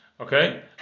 Okay